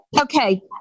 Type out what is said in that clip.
Okay